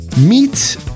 Meet